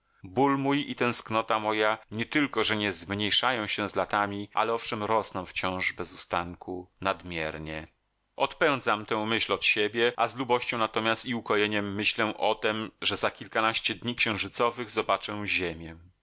ból mój i tęsknota moja nie tylko że nie zmniejszają się z latami ale owszem rosną wciąż bez ustanku nadmiernie odpędzam tę myśl od siebie a z lubością natomiast i ukojeniem myślę o tem że za kilkanaście dni księżycowych zobaczę ziemię